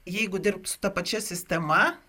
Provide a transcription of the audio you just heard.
jeigu dirbt su ta pačia sistema